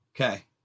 Okay